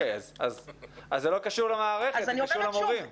אז זה לא קשור למערכת אלא זה קשור למורים.